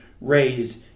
raised